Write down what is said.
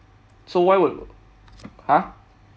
so why would !huh!